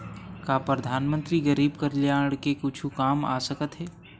का परधानमंतरी गरीब कल्याण के कुछु काम आ सकत हे